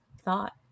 thought